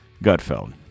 Gutfeld